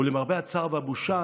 ולמרבה הצער והבושה,